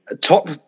top